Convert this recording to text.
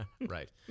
right